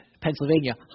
Pennsylvania